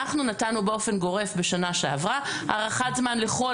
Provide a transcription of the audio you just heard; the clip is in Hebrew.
אנחנו נתנו באופן גורף בשנה שעברה הארכת זמן לכל